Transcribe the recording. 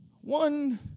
one